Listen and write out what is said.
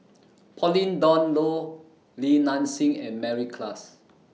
Pauline Dawn Loh Li Nanxing and Mary Klass